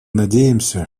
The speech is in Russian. надеемся